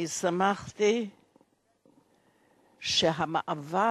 שמחתי שהמעבר